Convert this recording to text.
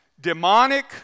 demonic